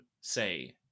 say